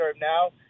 now